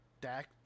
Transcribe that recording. Dak